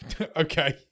okay